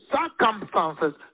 circumstances